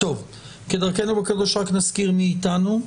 כדרכנו בקודש רק נזכיר מי איתנו,